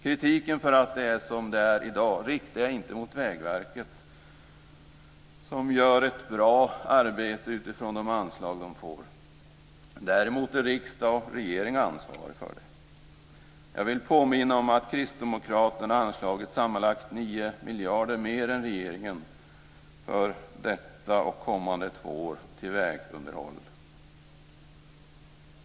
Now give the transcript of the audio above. Kritiken för att det är som det är i dag riktar jag inte mot Vägverket, som gör ett bra arbete utifrån de anslag de får. Däremot är riksdag och regering ansvariga för det. Jag vill påminna om att Kristdemokraterna anslagit sammanlagt 9 miljarder mer än regeringen till vägunderhåll för detta år och de kommande två åren.